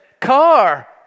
car